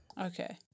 Okay